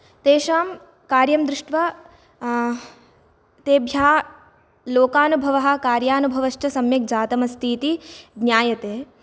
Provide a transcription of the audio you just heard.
तेषां कार्यं दृष्ट्वा तेभ्यः लोकानुभवः कार्यानुभश्च सम्यक् जातम् अस्ति इति ज्ञायते